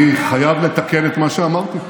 אני חייב לתקן את מה שאמרתי.